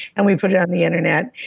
and we put it on the internet.